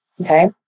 Okay